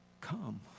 come